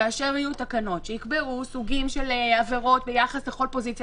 כאשר יהיו תקנות שיקבעו סוגים של עבירות ביחס לכל פוזיציה.